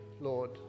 Lord